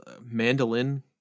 mandolin